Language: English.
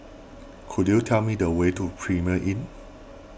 could you tell me the way to Premier Inn